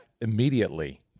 immediately